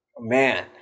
man